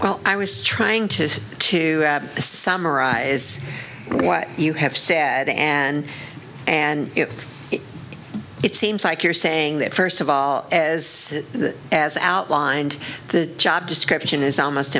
well i was trying to say to summarize what you have said and and if it it seems like you're saying that first of all as good as outlined the job description is almost